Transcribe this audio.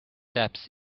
taps